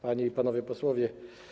Panie i Panowie Posłowie!